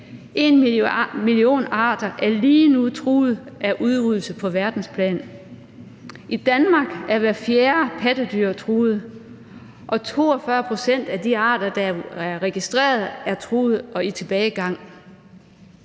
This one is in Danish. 1 million arter lige nu truet af udryddelse. I Danmark er hvert fjerde pattedyr truet, og 42 pct. af de arter, der er registreret, er truet og i tilbagegang.